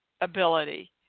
ability